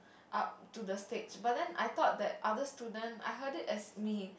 up to the stage but then I thought that other student I heard it as me